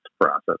process